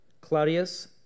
Claudius